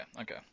okay